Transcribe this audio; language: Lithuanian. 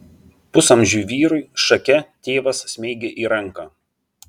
pusamžiui vyrui šake tėvas smeigė į ranką